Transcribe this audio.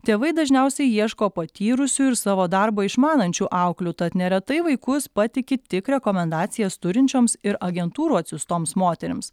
tėvai dažniausiai ieško patyrusių ir savo darbą išmanančių auklių tad neretai vaikus patiki tik rekomendacijas turinčioms ir agentūrų atsiųstoms moterims